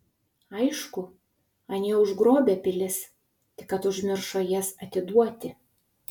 aišku anie užgrobę pilis tik kad užmiršo jas atiduoti